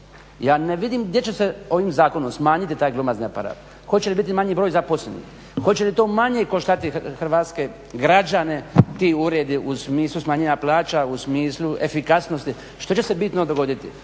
Ja ne vidim gdje će se ovim zakonom smanjiti taj glomazni aparat. Hoće li biti manji broj zaposlenih, hoće li to manje koštati hrvatske građane ti uredi u smislu smanjenja plaća u smislu efikasnosti, što će se bitno dogoditi?